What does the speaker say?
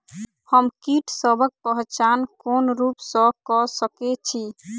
हम कीटसबक पहचान कोन रूप सँ क सके छी?